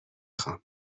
خوام